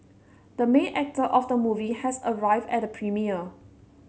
the main actor of the movie has arrived at the premiere